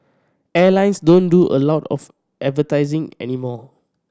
airlines don't do a lot of advertising anymore